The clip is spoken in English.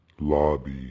lobby